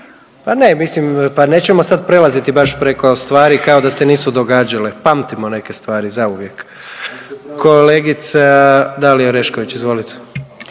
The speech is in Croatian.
pa ne mislim, pa nećemo sad prelaziti baš preko stvari kao da se nisu događale, pamtimo neke stvari zauvijek. Kolegica Dalija Orešković izvolite.